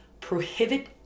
prohibit